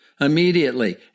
immediately